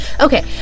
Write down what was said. Okay